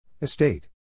Estate